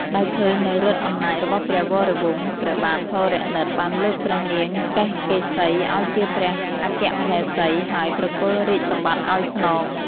ដោយឃើញនូវឫទ្ធិអំណាចរបស់ព្រះវរវង្ស ព្រះបាទធរណិតបានលើកព្រះនាងកេសកេសីឱ្យជាព្រះអគ្គមហេសី ហើយប្រគល់រាជសម្បត្តិឱ្យស្នង។